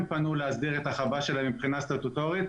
פנו להסדיר את החווה שלהם מבחינה סטטוטורית,